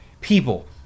people